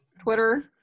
Twitter